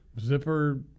Zipper